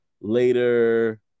later